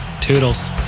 toodles